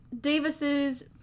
Davis's